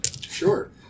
Sure